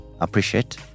appreciate